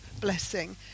blessing